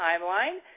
timeline